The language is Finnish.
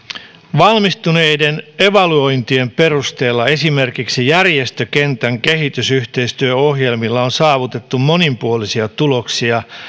valmistuneiden evaluointien perusteella esimerkiksi järjestökentän kehitysyhteistyöohjelmilla on saavutettu monipuolisia tuloksia